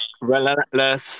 relentless